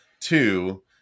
Two